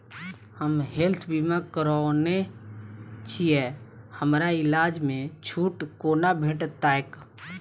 हम हेल्थ बीमा करौने छीयै हमरा इलाज मे छुट कोना भेटतैक?